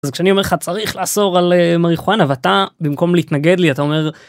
אז כשאני אומר לך צריך לאסור על מריחואנה, ואתה במקום להתנגד לי אתה אומר.